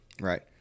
Right